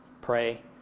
pray